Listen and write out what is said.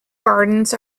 gardens